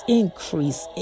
increase